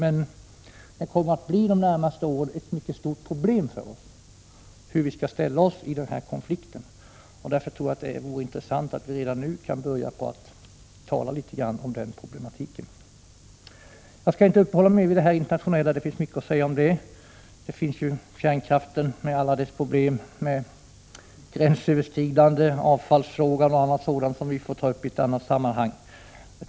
Under de närmaste åren kommer det att bli ett stort problem för oss hur vi skall ställa oss i denna konflikt. Därför vore det intressant att redan nu börja tala om denna problematik. Jag skall inte uppehålla mig längre vid de internationella problemen, även om det finns mycket att säga om dem. Gränsöverskridanden och avfallsfrågor får vi ta upp i annat sammanhang.